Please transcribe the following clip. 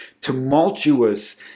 tumultuous